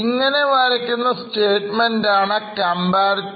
ഇങ്ങനെ വരയ്ക്കുന്ന സ്റ്റേറ്റ്മെൻറ് ആണ് comparative statement